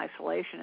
isolation